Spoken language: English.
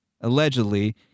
allegedly